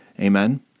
Amen